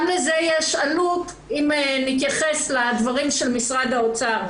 גם לזה יש עלות, אם נתייחס לדברים של משרד האוצר.